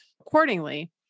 accordingly